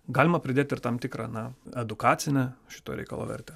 galima pridėti ir tam tikrą na edukacinę šito reikalo vertę